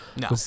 No